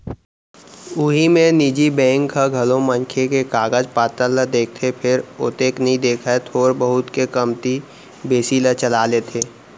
उही मेर निजी बेंक ह घलौ मनखे के कागज पातर ल देखथे फेर ओतेक नइ देखय थोर बहुत के कमती बेसी ल चला लेथे